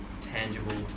tangible